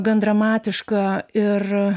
gan dramatiška ir